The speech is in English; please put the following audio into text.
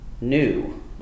new